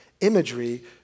imagery